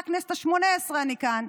מהכנסת השמונה-עשרה אני כאן.